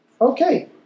Okay